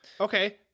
okay